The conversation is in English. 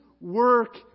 work